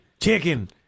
Chicken